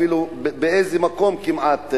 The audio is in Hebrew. אפילו באיזה מקום כמעט.